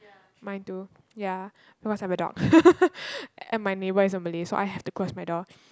mine too ya because I have a dog and my neighbour is a Malay so I have to close my door